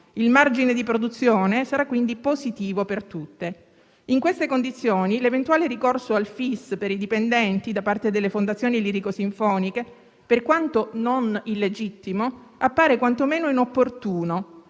Il margine di produzione sarà quindi positivo per tutte. In queste condizioni, l'eventuale ricorso al FIS per i dipendenti da parte delle fondazioni lirico-sinfoniche, per quanto non illegittimo, appare quantomeno inopportuno.